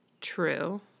true